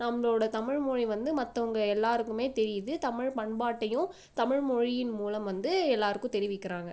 நம்பளோடய தமிழ் மொழி வந்து மற்றவங்க எல்லாருக்குமே தெரியிது தமிழ் பண்பாட்டையும் தமிழ்மொழியின் மூலம் வந்து எல்லாருக்கும் தெரிவிக்கிறாங்க